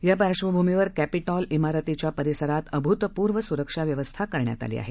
या पार्श्वभूमीवर क्रिटॉल इमारतीच्या परिसरांत अभूतपूर्व सुरक्षा व्यवस्था करण्यात आली आहे